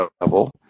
level